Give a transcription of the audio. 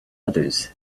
others